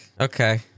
okay